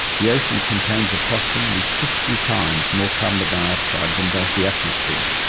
the ocean contains approximately fifty times more carbon dioxide than does the atmosphere.